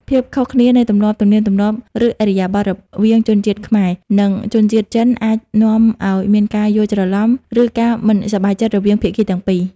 ភាពខុសគ្នានៃទម្លាប់ ទំនៀមទម្លាប់ ឬឥរិយាបថ រវាងជនជាតិខ្មែរ និងជនជាតិចិនអាចនាំឱ្យមានការយល់ច្រឡំ ឬការមិនសប្បាយចិត្តរវាងភាគីទាំងពីរ។